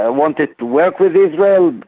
ah wanted to work with israel,